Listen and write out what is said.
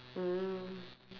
mm